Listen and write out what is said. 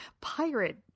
pirate